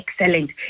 excellent